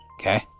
Okay